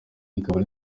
rikaba